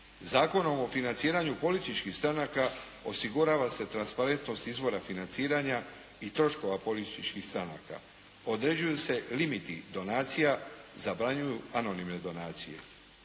Zakonom o financiranju političkih stranaka osigurava se transparentnost izvora financira i troškova političkih stranaka. Određuju se limiti donacija, zabranjuju anonimne donacije.